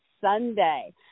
Sunday